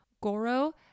Goro